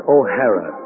O'Hara